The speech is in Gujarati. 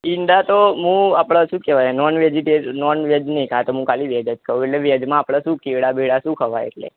ઈંડા તો હું આપણ શુ કહેવાય નૉન વેજી નોન વેજ નથી ખાતો હું ખાલી વેજ જ ખાઉં એટલે વેજમાં આપણે શું કેળા બેળા શું ખવાય એટલે